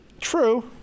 True